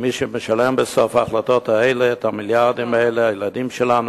מי שמשלמים בסוף על ההחלטות האלה את המיליארדים האלה הם הילדים שלנו,